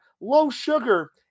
low-sugar